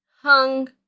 hung